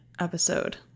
episode